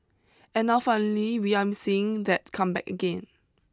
and now finally we're seeing that come back again